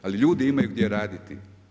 Ali ljudi imaju gdje raditi.